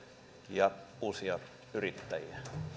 ja uusia yrittäjiä